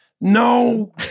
No